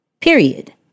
Period